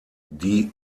die